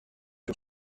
sur